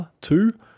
two